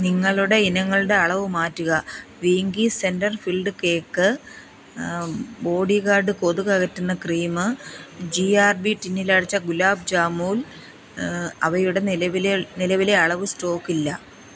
നിങ്ങളുടെ ഇനങ്ങളുടെ അളവ് മാറ്റുക വീങ്കീസ് സെൻറ്റർ ഫിൽഡ് കേക്ക് ബോഡിഗാർഡ് കൊതുക് അകറ്റുന്ന ക്രീം ജി ആർ ബി ടിന്നിലടച്ച ഗുലാബ് ജാമുൻ അവയുടെ നിലവിലെ നിലവിലെ അളവ് സ്റ്റോക്ക് ഇല്ല